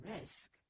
risk